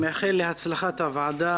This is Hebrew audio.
אני מאחל להצלחת הוועדה,